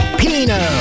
pino